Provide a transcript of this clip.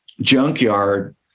junkyard